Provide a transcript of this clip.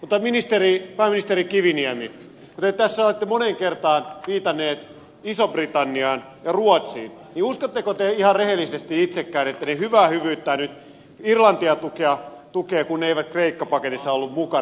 mutta pääministeri kiviniemi kun te tässä olette moneen kertaan viitanneet isoon britanniaan ja ruotsiin niin uskotteko te ihan rehellisesti itsekään että ne hyvää hyvyyttään nyt irlantia tukevat kun ne eivät kreikka paketissa olleet mukana